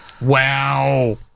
Wow